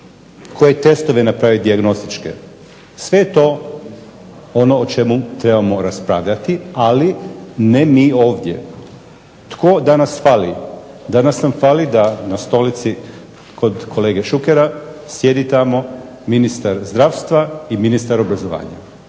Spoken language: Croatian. Koje testove napraviti dijagnostičke, sve je to ono o čemu trebamo raspravljati, ali ne mi ovdje. Tko danas fali? Danas nam fali da na stolici kod kolege Šukera sjedi tamo ministar zdravstva i ministar obrazovanja.